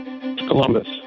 Columbus